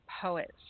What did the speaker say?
poets